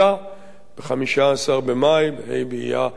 ב-15 במאי, ה' באייר תש"ח,